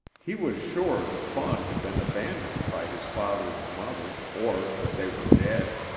he was sure the fawn had been abandoned by his father and mother or that they were dead.